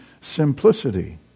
simplicity